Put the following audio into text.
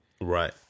Right